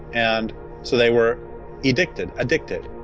and so they were edicted, addicted.